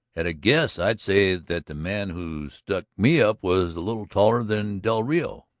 at a guess i'd say that the man who stuck me up was a little taller than del rio.